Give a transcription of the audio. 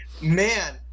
man